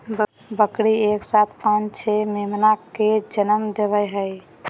बकरी एक साथ पांच छो मेमना के जनम देवई हई